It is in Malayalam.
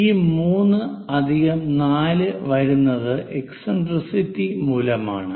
ഈ 3 അധികം 4 വരുന്നത് എക്സിൻട്രിസിറ്റി മൂലമാണ്